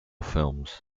films